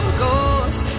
ghost